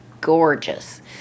gorgeous